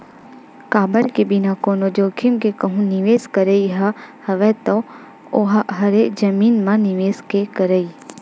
काबर के बिना कोनो जोखिम के कहूँ निवेस करई ह हवय ता ओहा हरे जमीन म निवेस के करई